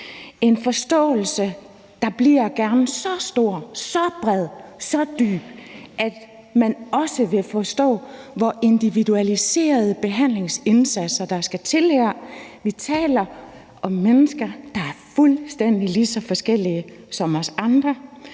en forståelse, der gerne skal blive så stor, så bred og så dyb, at man også vil forstå, hvor individualiserede behandlingsindsatser der skal til. Vi taler om mennesker, der er fuldstændig lige så forskellige, som vi andre